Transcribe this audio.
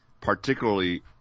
particularly